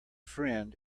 friend